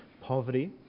poverty